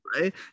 right